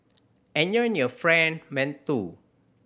enjoy your Fried Mantou